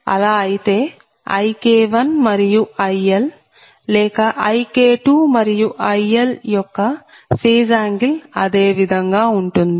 అలా అయితే IK1 మరియు IL లేక IK2 మరియు IL యొక్క ఫేజ్ యాంగిల్ అదే విధంగా ఉంటుంది